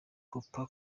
copa